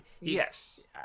yes